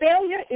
failure